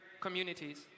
communities